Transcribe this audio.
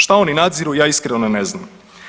Šta oni nadziru ja iskreno ne znam.